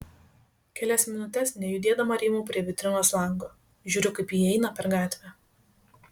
kelias minutes nejudėdama rymau prie vitrinos lango žiūriu kaip ji eina per gatvę